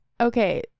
Okay